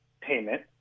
payment